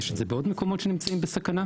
יש את זה בעוד מקומות שנמצאים בסכנה.